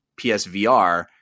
PSVR